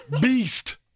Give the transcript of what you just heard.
Beast